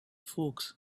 folks